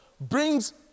brings